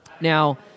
Now